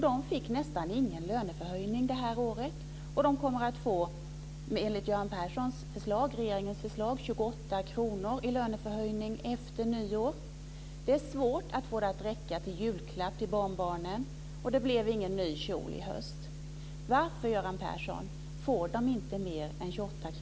De fick nästan ingen pensionshöjning i år, och de kommer enligt regeringens förslag att få 28 kr i pensionshöjning efter nyår. Det är svårt att få det att räcka till julklapp till barnbarnen, och det blev ingen ny kjol i höst. Varför, Göran Persson, får de inte mer än 28 kr?